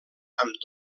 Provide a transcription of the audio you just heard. amb